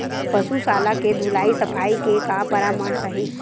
पशु शाला के धुलाई सफाई के का परामर्श हे?